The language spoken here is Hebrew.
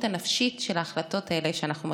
הנפשית של ההחלטות האלה שאנחנו מקבלים?